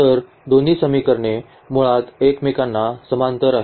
तर दोन्ही समीकरणे मुळात एकमेकांना समांतर आहेत